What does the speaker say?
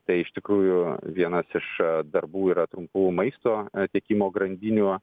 tai iš tikrųjų vienas iš darbų yra trumpų maisto tiekimo grandinių